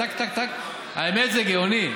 האמת, זה גאוני.